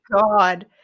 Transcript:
God